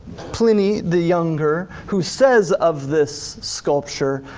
pliny the younger who says of this sculpture,